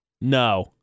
No